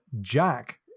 Jack